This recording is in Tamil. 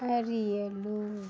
அரியலூர்